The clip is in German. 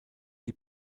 die